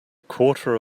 quarter